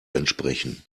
entsprechen